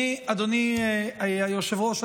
אדוני היושב-ראש,